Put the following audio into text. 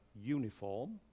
uniform